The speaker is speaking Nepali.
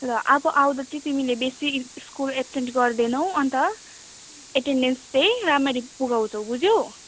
र अब आउँदा चाहिँ तिमीले बेसी स्कुल एब्सेन्ट गर्दैनौँ अन्त एटेन्डेन्स चाहिँ राम्ररी पुर्याउँछौँ बुझ्यौ